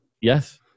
Yes